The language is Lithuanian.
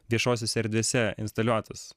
viešosiose erdvėse instaliuotus